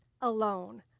alone